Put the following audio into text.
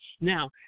Now